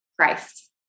Christ